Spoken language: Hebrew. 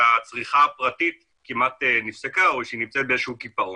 שהצריכה הפרטית כמעט נפסקה או שהיא הנמצאת באיזה שהוא קיפאון.